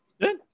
Good